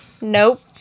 Nope